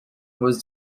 was